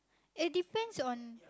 it depends on